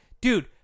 dude